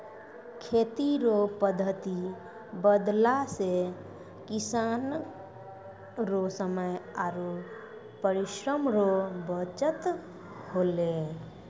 खेती रो पद्धति बदलला से किसान रो समय आरु परिश्रम रो बचत होलै